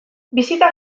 bisita